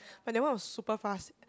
but that one was super fast